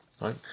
right